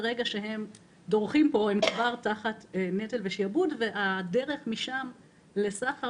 ברגע שהם דורכים פה הם כבר תחת נטל ושיעבוד והדרך משם לסחר